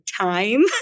time